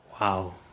Wow